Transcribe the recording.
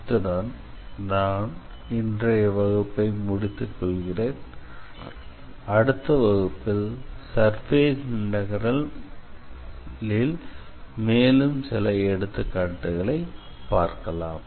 இத்துடன் நான் இன்றைய வகுப்பை முடித்துக் கொள்கிறேன் அடுத்த வகுப்பில் சர்ஃபேஸ் இன்டெக்ரல் ல் மேலும் சில எடுத்துக்காட்டுகளை பார்க்கலாம்